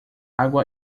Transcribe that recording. água